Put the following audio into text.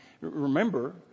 remember